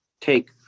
take